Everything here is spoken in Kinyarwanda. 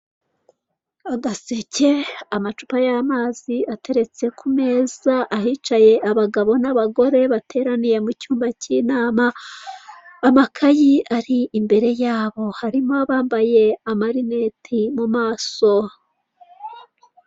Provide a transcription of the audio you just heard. Agaseke, amacupa y'amazi ateretse ku meza, ahicaye abagabo n'abagore bateraniye mu cyumba cy'inama. Amakayi ari imbere yabo. Harimo abambaye amarineti mu maso.